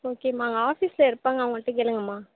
ஓகேம்மா அங்கே ஆஃபீஸ்சில் இருப்பாங்க அவங்கள்கிட்ட கேளுங்கம்மா